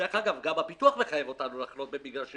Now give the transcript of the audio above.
דרך אגב, גם הביטוח מחייב אותנו לחנות במגרשים